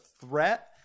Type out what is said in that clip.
threat